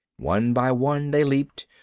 one by one they leaped,